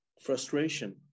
Frustration